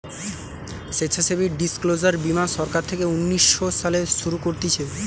স্বেচ্ছাসেবী ডিসক্লোজার বীমা সরকার থেকে উনিশ শো সালে শুরু করতিছে